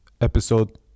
Episode